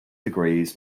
degrees